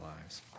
lives